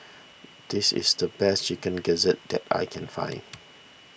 this is the best Chicken Gizzard that I can find